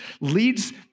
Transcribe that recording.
leads